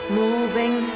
moving